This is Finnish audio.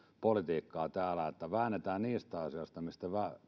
politiikkaa täällä että väännetään niistä asioista mistä